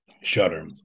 Shudder